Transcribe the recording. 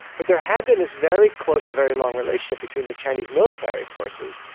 but there had been this very close and very long relationship between the chinese military forces,